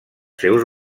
seus